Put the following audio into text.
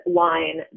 line